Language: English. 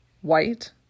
white